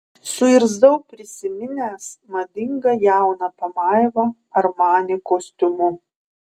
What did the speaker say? suirzau prisiminęs madingą jauną pamaivą armani kostiumu